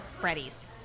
Freddy's